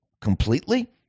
completely